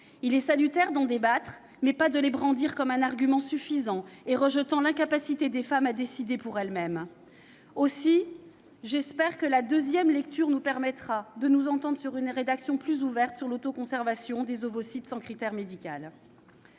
Il est salutaire d'en débattre, mais pas de les brandir comme un argument suffisant à justifier l'incapacité des femmes à décider pour elles-mêmes. Aussi, j'espère que la deuxième lecture nous permettra de nous entendre sur une rédaction plus ouverte sur l'autoconservation des ovocytes sans critère médical.